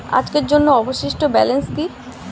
আজকের জন্য অবশিষ্ট ব্যালেন্স কি?